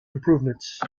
improvements